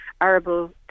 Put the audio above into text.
arable